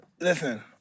Listen